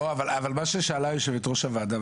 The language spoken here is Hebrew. אבל מה ששאלה יושבת-ראש הוועדה,